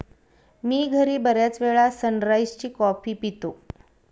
मी घरी बर्याचवेळा सनराइज ची कॉफी पितो